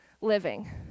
living